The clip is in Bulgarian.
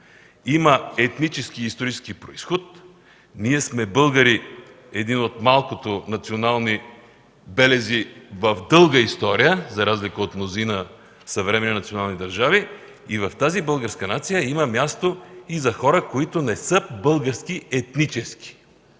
има етнически и исторически произход. Ние сме българи – един от малкото национални белези в дълга история, за разлика от мнозина съвременни национални държави, и в тази българска нация има място и за хора, които не са български етнически.